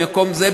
וממקום זה,